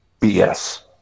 BS